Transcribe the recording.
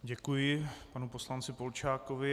Děkuji panu poslanci Polčákovi.